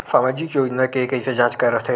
सामाजिक योजना के कइसे जांच करथे?